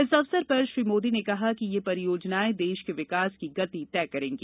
इस अवसर पर श्री मोदी ने कहा कि ये परियोजनाएँ देश के विकास की गति तय करेंगी